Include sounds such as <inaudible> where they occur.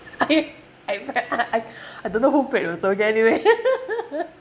I I I I I don't know who paid also okay anyway <laughs>